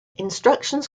instructions